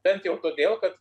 bent jau todėl kad